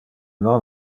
non